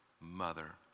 mother